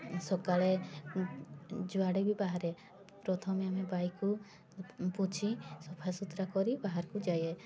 ସକାଳେ ଯୁଆଡ଼େ ବି ବାହାରେ ପ୍ରଥମେ ଆମେ ବାଇକ୍କୁ ପୋଛି ସଫାସୁତୁରା କରି ବାହାରକୁ ଯାଏ